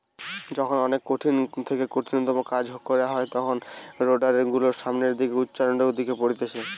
যখন অনেক কঠিন থেকে কঠিনতম কাজ কইরা হয় তখন রোডার গুলোর সামনের দিকে উচ্চটানের দরকার পড়তিছে